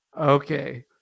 Okay